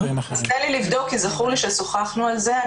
תן לי לבדוק, זכור לי ששוחחנו על זה.